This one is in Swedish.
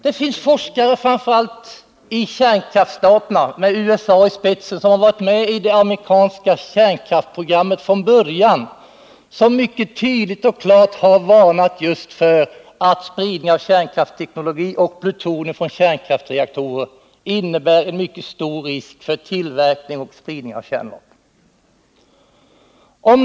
Det finns forskare framför allt i kärnkraftstaterna med USA i spetsen som varit med i det amerikanska kärnkraftsprogrammet från början och som tydligt och klart har varnat för att spridning av kärnkraftsteknologi och plutonium från kärnkraftsreaktorer innebär en mycket stor risk för tillverkning och spridning av kärnvapen.